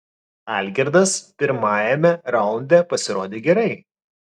algirdas pirmajame raunde pasirodė gerai